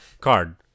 card